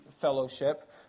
fellowship